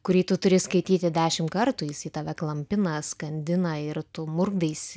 kurį tu turi skaityti dešimt kartų jis į tave klampina skandina ir tu murkdaisi